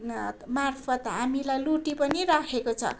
म मार्फत् हामीलाई लुटी पनि रहेको छ